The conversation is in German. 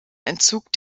entzug